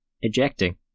ejecting